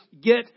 get